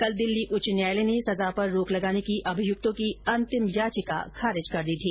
कल दिल्ली उच्च न्यायालय ने सजा पर रोक लगाने की अभियुक्तों की अंतिम याचिका खारिज कर दी थी